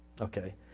okay